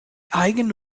eigene